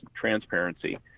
transparency